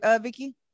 Vicky